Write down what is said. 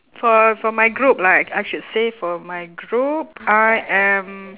for for my group like I should say for my group I am